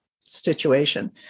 situation